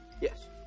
Yes